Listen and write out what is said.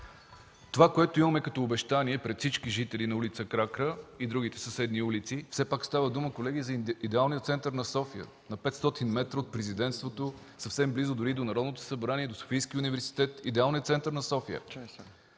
Това е, което имаме като обещание пред всички жители на ул. „Кракра” и другите съседни улици. Все пак става дума за идеалния център на София, на 500 метра от Президентството, съвсем близо дори до Народното събрание, до Софийския университет, идеалния център на София